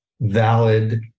valid